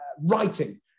writing